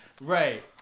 Right